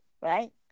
right